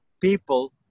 people